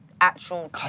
actual